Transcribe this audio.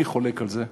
אני חולק על זה.